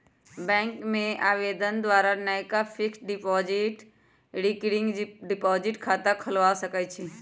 bank में आवेदन द्वारा नयका फिक्स्ड डिपॉजिट, रिकरिंग डिपॉजिट खता खोलबा सकइ छी